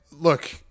Look